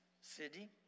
City